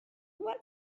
what